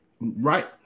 right